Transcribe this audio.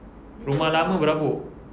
rumah lama berhabuk